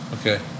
Okay